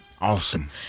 Awesome